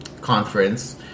conference